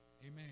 Amen